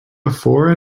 before